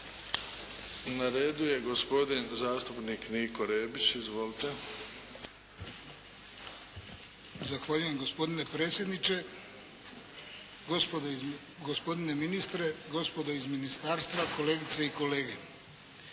Na redu je gospodin zastupnik Niko Rebić. Izvolite. **Rebić, Niko (HDZ)** Zahvaljujem gospodine predsjedniče, gospodo, gospodine ministre, gospodo iz ministarstva, kolegice i kolege.